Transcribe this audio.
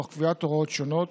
תוך קביעת הוראות שונות